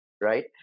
right